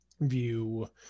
view